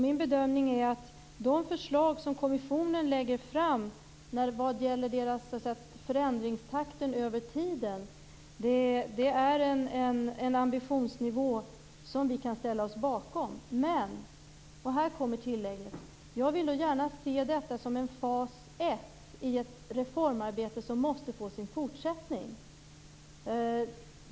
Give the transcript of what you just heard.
Min bedömning är att de förslag som kommissionen lägger fram vad gäller förändringstakten över tiden innebär en ambitionsnivå som vi kan ställa oss bakom. Men - och här kommer tillägget - jag vill då gärna se detta som en fas 1 i ett reformarbete som måste få sin fortsättning.